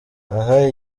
aha